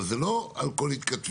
אבל זה לא על כל התכתבות.